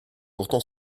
pourtant